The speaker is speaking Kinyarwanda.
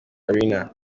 arena